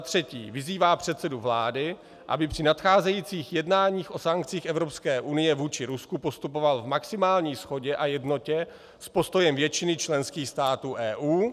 3. vyzývá předsedu vlády, aby při nadcházejících jednáních o sankcích Evropské unie vůči Rusku postupoval v maximální shodě a jednotě s postojem většiny členských států EU;